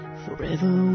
forever